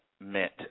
meant